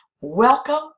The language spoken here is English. Welcome